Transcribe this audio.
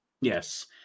Yes